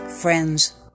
friends